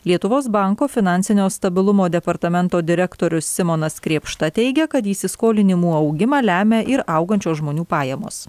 lietuvos banko finansinio stabilumo departamento direktorius simonas krėpšta teigia kad įsiskolinimų augimą lemia ir augančios žmonių pajamos